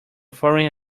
foreign